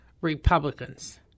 Republicans